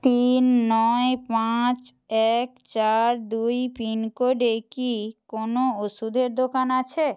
তিন নয় পাঁচ এক চার দুই পিনকোডে কি কোনও ওষুধের দোকান আছে